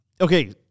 Okay